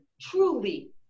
truly